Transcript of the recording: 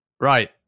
Right